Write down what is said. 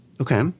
Okay